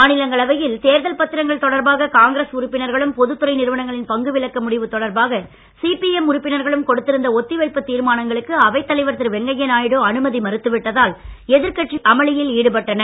மாநிலங்களவையில் தேர்தல் பத்திரங்கள் தொடர்பாக காங்கிரஸ் உறுப்பினர்களும் பொது துறை நிறுவனங்களின் பங்கு விலக்க முடிவு தொடர்பாக சிபிஎம் உறுப்பினர்களும் கொடுத்திருந்த ஒத்தி வைப்பு தீர்மானங்களுக்கு அவைத் தலைவர் திரு வெங்கைய நாயுடு அனுமதி மறுத்து விட்டதால் எதிர்கட்சிகள் அமளியில் ஈடுபட்டன